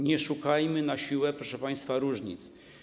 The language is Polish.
Nie szukajmy na siłę, proszę państwa, różnic.